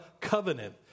covenant